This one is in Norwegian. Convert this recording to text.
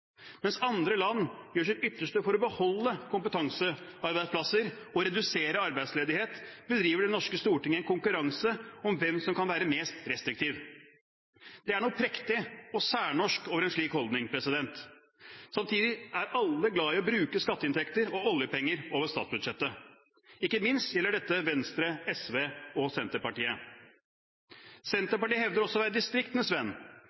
Mens andre land gjør sitt ytterste for å beholde kompetansearbeidsplasser og redusere arbeidsledighet, bedriver Det norske storting en konkurranse om hvem som kan være mest restriktiv. Det er noe prektig og særnorsk over en slik holdning. Samtidig er alle glad i å bruke skatteinntekter og oljepenger over statsbudsjettet. Ikke minst gjelder dette Venstre, SV og Senterpartiet. Senterpartiet hevder også at de er distriktenes venn,